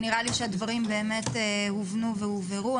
נראה לי שהדברים הובנו והובהרו.